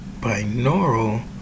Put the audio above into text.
binaural